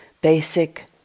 basic